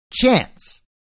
chance